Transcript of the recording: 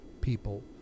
people